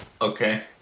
Okay